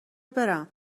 برم